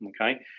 Okay